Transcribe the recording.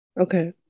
Okay